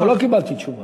אבל לא קיבלתי תשובה.